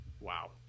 Wow